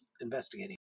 investigating